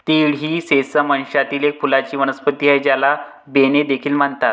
तीळ ही सेसमम वंशातील एक फुलांची वनस्पती आहे, ज्याला बेन्ने देखील म्हणतात